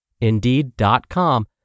Indeed.com